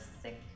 sick